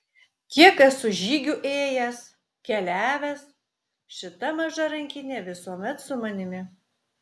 kiek esu žygių ėjęs keliavęs šita maža rankinė visuomet su manimi